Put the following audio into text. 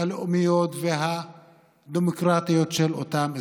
הלאומיות והדמוקרטיות של אותם אזרחים.